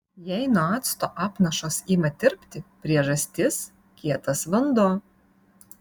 jei nuo acto apnašos ima tirpti priežastis kietas vanduo